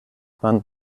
bahn